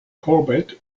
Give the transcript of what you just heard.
corbett